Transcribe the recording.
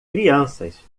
crianças